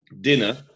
Dinner